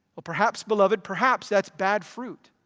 well perhaps beloved, perhaps that's bad fruit